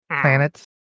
planets